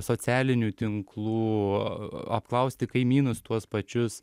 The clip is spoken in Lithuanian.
socialinių tinklų apklausti kaimynus tuos pačius